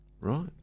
Right